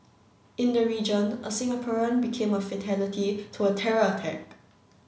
in the region a Singaporean became a fatality to a terror attack